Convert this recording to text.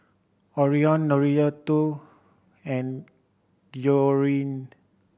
Orion Norita and Georgine